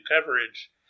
coverage